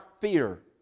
fear